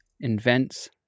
invents